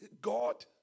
God